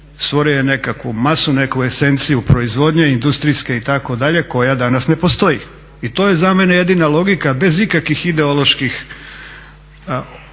stvorio je nekakvu masu, neku esenciju proizvodnje industrijske itd. koja danas ne postoji. I to je za mene jedina logika bez ikakvih ideoloških